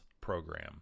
Program